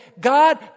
God